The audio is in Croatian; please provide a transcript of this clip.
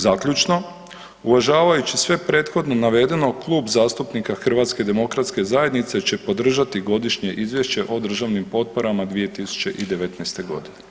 Zaključno, uvažavajući sve prethodno navedeno Klub zastupnika HDZ-a će podržati godišnje izvješće o državnim potporama 2019.g.